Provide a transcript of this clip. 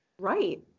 Right